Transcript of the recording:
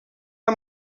amb